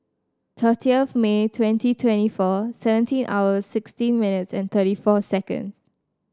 thirtieth May twenty twenty four seventeen hours sixteen minutes and thirty four seconds